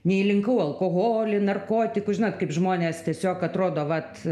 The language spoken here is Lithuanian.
neįlinkau alkoholį narkotikus žinot kaip žmonės tiesiog atrodo vat